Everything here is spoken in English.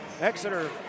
Exeter